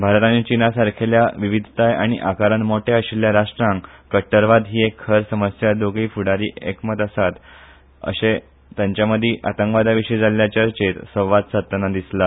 भारत आनी चीना सारखेल्या विविधताय आनी आकारान मोट्या आशिल्ल्या राष्ट्रांक कट्टरवाद ही एक खर समस्या दोगूंय फूडारी एकमत आसात अर्शे तांच्यामदी आतंकवादाविशी जाल्ल्या चर्चेत संवाद सादताना दिसला